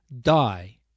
die